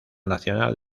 nacional